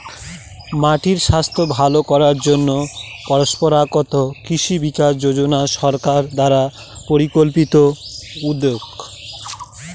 মাটির স্বাস্থ্য ভালো করার জন্য পরম্পরাগত কৃষি বিকাশ যোজনা সরকার দ্বারা পরিকল্পিত উদ্যোগ